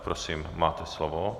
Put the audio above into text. Prosím, máte slovo.